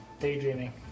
daydreaming